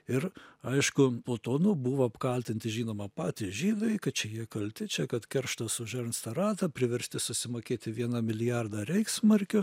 ir aišku po to nu buvo apkaltinti žinoma patys žydai kad čia jie kalti čia kad kerštas už ernstą ratą priversti susimokėti vieną milijardą reichsmarkių